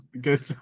good